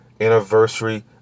anniversary